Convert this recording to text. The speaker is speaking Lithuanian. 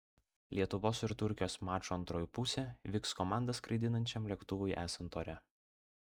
lietuvos ir turkijos mačo antroji pusė vyks komandą skraidinančiam lėktuvui esant ore